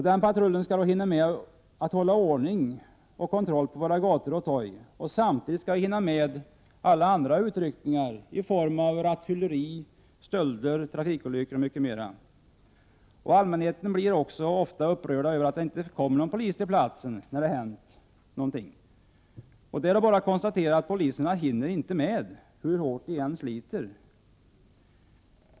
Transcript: Denna patrull skall då hinna med att hålla ordningen under kontroll på våra gator och torg, samtidigt som den skall hinna med alla övriga utryckningar som kan gälla rattfylleri, stölder, trafikolyckor m.m. Allmänheten blir då ofta upprörd över att det inte kommer polis till platsen när någonting har inträffat. Man kan bara konstatera att poliserna inte hinner med, hur hårt de än sliter.